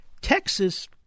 Texas